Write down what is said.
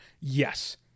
Yes